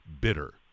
bitter